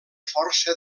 força